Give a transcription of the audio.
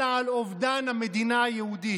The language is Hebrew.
אלא על אובדן המדינה היהודית.